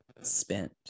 spent